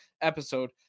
episode